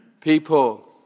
people